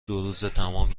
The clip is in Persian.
دوروزتمام